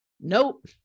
Nope